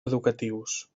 educatius